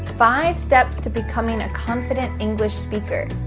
five steps to becoming a confident english speaker.